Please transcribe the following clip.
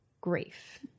grief